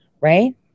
Right